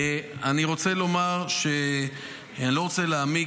אני לא רוצה להעמיק,